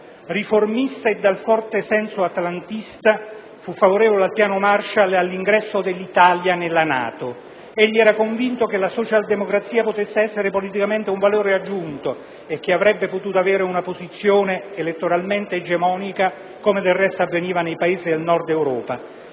Riformista e dal forte senso atlantista fu favorevole al piano Marshall e all'ingresso dell'Italia nella NATO. Egli era convinto che la socialdemocrazia potesse essere politicamente un valore aggiunto e che avrebbe potuto avere una posizione elettoralmente egemonica, come del resto avveniva nei Paesi del Nord Europa.